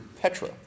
Petra